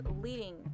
leading